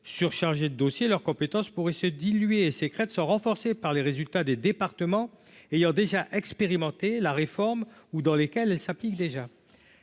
surchargés de dossiers leurs compétences. Pourrait se diluer et se renforcée par les résultats des départements ayant déjà expérimenté la réforme ou dans lesquelles elle s'appliquent déjà